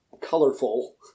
colorful